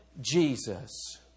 Jesus